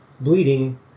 bleeding